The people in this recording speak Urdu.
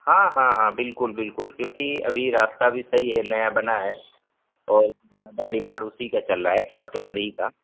ہاں ہاں ہاں بالکل بالکل کیوںکہ ابھی راستہ بھی صحیح ہے نیا بنا ہے اور زیادہ ڈیمانڈ اسی کا چل رہا ہے فارچونر ہی کا